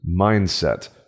mindset